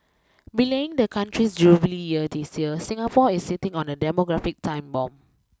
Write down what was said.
belying the country's Jubilee this year Singapore is sitting on a demographic time bomb